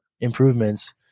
improvements